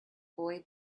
boy